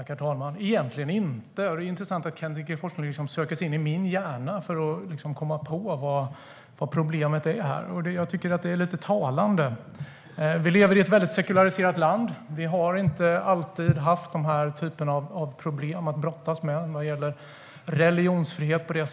Herr talman! Egentligen har jag inte det. Det är intressant att Kenneth G Forslund söker sig in i min hjärna för att komma på vad problemet är. Det är lite talande. Vi lever i ett sekulariserat land. Vi har inte alltid haft denna typ av problem att brottas med vad gäller religionsfriheten.